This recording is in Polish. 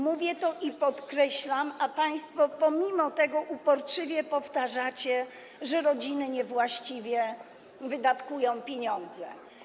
Mówię to i podkreślam, a państwo pomimo to uporczywie powtarzacie, że rodziny niewłaściwie wydatkują pieniądze.